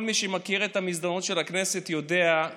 כל מי שמכיר את המסדרונות של הכנסת יודע שיש